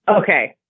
Okay